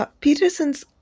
Peterson's